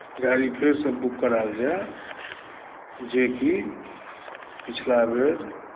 गाडी फेरसँ बुक करायल जाए जेकि पिछले बेर